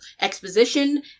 exposition